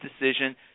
decision